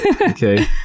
Okay